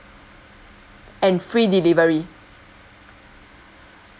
and free delivery